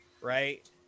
Right